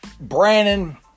Brandon